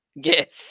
Yes